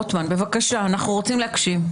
רוטמן, בבקשה, אנחנו רוצים להקשיב.